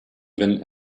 been